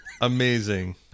amazing